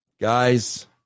Guys